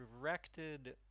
directed